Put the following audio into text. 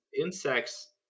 insects